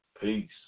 peace